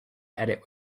edit